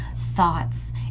thoughts